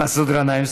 מסעוד גנאים.